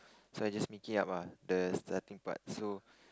so I just make it up ah the starting part so